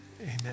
Amen